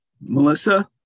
Melissa